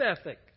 ethic